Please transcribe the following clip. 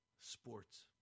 sports